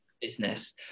business